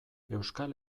euskal